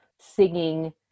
singing